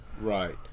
Right